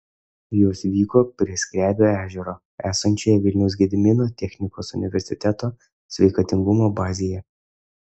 jos vyko prie skrebio ežero esančioje vilniaus gedimino technikos universiteto sveikatingumo bazėje